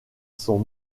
sont